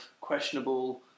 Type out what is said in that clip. questionable